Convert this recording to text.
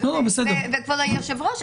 וכבוד היושב ראש,